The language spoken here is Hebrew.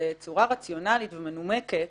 בצורה רציונלית ומנומקת